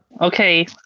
Okay